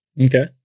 Okay